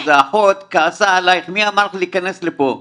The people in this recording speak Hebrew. ואז האחות כעסה עלייך: מי אמר לך להיכנס לפה?